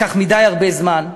לקח מדי הרבה זמן,